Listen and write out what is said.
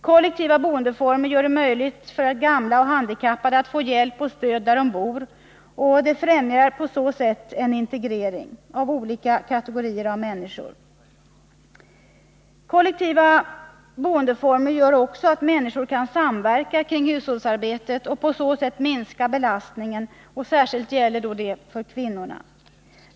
Kollektiva boendeformer gör det möjligt för gamla och handikappade att få hjälp och stöd där de bor, och de främjar på så sätt en integrering av olika kategorier av människor. Kollektiva boendeformer gör också att människor kan samverka kring hushållsarbetet och på så sätt minska belastningen, särskilt på kvinnorna.